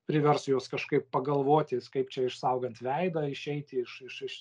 privers juos kažkaip pagalvoti kaip čia išsaugant veidą išeiti iš iš iš